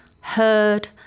heard